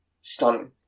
stunning